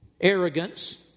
arrogance